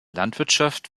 landwirtschaft